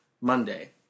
Monday